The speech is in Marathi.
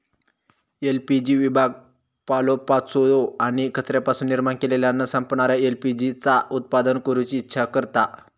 एल.पी.जी विभाग पालोपाचोळो आणि कचऱ्यापासून निर्माण केलेल्या न संपणाऱ्या एल.पी.जी चा उत्पादन करूची इच्छा करता